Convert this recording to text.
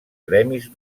gremis